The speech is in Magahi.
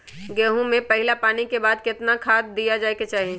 गेंहू में पहिला पानी के बाद कौन खाद दिया के चाही?